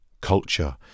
culture